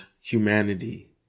humanity